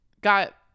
got